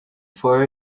for